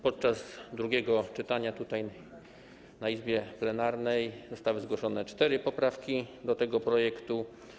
Podczas drugiego czytania tutaj, w Izbie plenarnej, zostały zgłoszone cztery poprawki do tego projektu.